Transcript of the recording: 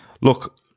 look